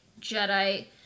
Jedi